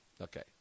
Okay